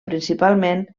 principalment